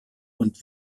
und